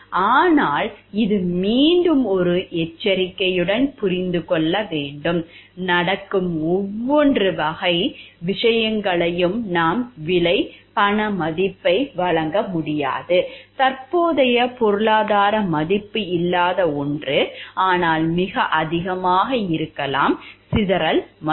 ஆனால் இது மீண்டும் ஒரு எச்சரிக்கையுடன் புரிந்து கொள்ள வேண்டும் நடக்கும் ஒவ்வொரு வகை விஷயங்களுக்கும் நாம் விலை பண மதிப்பை வழங்க முடியாது தற்போதைய பொருளாதார மதிப்பு இல்லாத ஒன்று ஆனால் மிக அதிகமாக இருக்கலாம் சிதறல் மதிப்பு